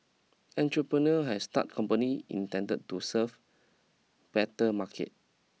entrepreneur has started company intended to serve better market